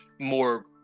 more